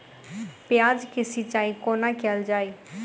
प्याज केँ सिचाई कोना कैल जाए?